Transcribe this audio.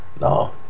No